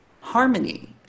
harmony